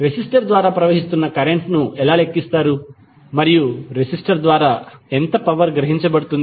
resistor ద్వారా ప్రవహిస్తున్న current ను ఎలా లెక్కిస్తారు మరియు రెసిస్టర్ ద్వారా ఎంత పవర్ గ్రహించబడుతుంది